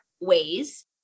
ways